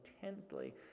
intently